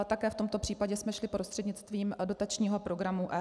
Také v tomto případě jsme šli prostřednictvím dotačního programu F.